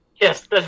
Yes